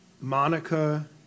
Monica